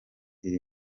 iri